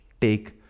take